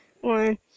one